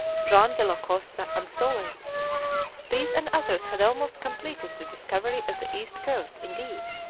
juan de la cosa, and solis these and others had almost completed the discovery of the east coast, indeed,